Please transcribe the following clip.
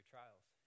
Trials